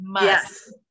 Yes